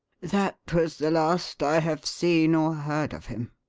that was the last i have seen or heard of him.